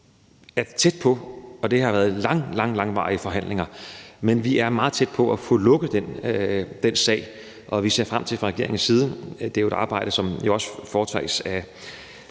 meget tæt på, og det har været meget, meget langvarige forhandlinger, at få lukket den sag. Og vi ser frem til fra regeringens side – det er et arbejde, som jo også foretages af